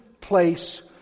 place